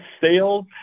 Sales